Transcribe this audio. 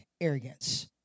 arrogance